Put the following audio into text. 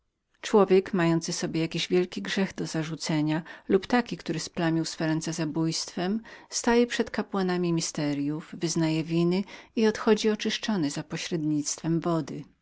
człowiek mający sobie ważne winy do zarzucenia lub który zmazał swe ręce zabójstwem staje przed kapłanami tajemnie wyznaje winy i odchodzi oczyszczony za pośrednictwem wody